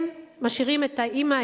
הם משאירים את האמא,